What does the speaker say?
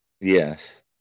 Yes